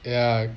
ya